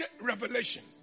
revelation